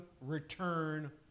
return